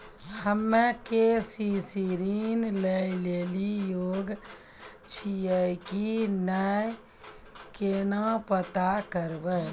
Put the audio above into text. हम्मे के.सी.सी ऋण लेली योग्य छियै की नैय केना पता करबै?